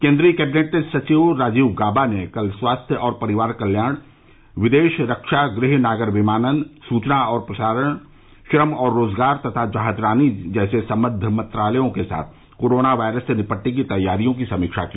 केन्द्रीय कैबिनेट सचिव राजीव गाबा ने कल स्वास्थ्य और परिवार कल्याण विदेश रक्षा गृह नागर विमानन सूचना और प्रसारण श्रम और रोजगार तथा जहाजरानी जैसे संबद्व मंत्रालयों के साथ कोरोना वायरस से निपटने की तैयारियों की समीक्षा की